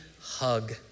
hug